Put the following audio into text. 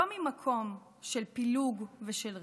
לא ממקום של פילוג ושל ריב,